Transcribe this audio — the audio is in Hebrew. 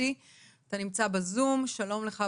שלום לך,